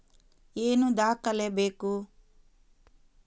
ಏನು ದಾಖಲೆ ಬೇಕು?